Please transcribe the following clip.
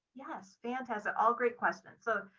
yes. fantastic. all great question. so,